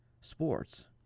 sports